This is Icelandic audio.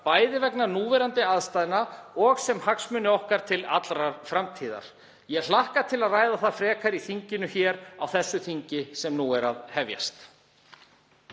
bæði vegna núverandi aðstæðna og sem hagsmuni okkar til allrar framtíðar. Ég hlakka til að ræða það frekar í þinginu hér á þessu þingi sem nú er að hefjast.